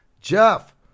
Jeff